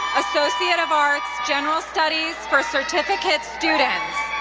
associate of arts, general studies for certificate students.